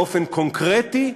באופן קונקרטי,